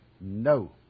No